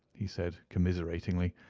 he said, commiseratingly,